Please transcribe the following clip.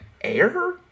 air